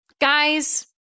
guys